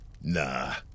Nah